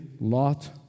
Lot